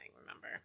remember